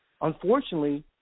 unfortunately